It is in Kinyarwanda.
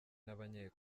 n’abanye